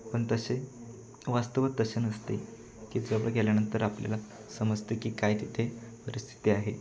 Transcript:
पण तसे वास्तवात तसे नसते की जवळ गेल्यानंतर आपल्याला समजते की काय तिथे परिस्थिती आहे